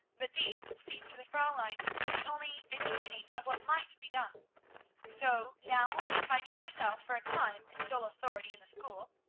but these seemed to the fraulein to be only a beginning of what might be done so, now, finding herself for a time in sole authority in the school,